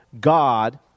God